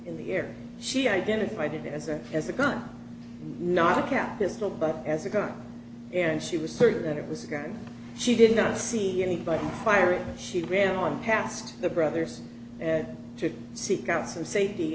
in the air she identified it as a as a gun knockout pistol but as a gun and she was certain that it was a gun she did not see anybody firing she ran on past the brothers to seek out some safety